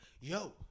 yo